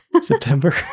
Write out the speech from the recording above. september